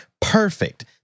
Perfect